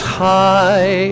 high